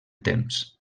temps